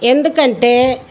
ఎందుకంటే